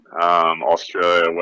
Australia